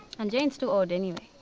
and jane's too old anyway.